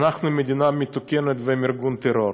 אנחנו מדינה מתוקנת והם ארגון טרור,